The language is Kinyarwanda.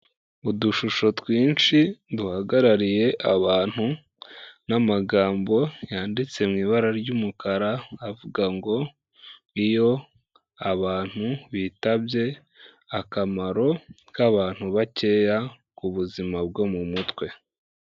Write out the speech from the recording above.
Udushusho twinshi duhagarariye abantu n'amagambo yanditse mu ibara ry'umukara avuga ngo: iyo abantu bitabye akamaro k'abantu bakeya k'ubuzima bwo mu mutwe.